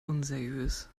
unseriös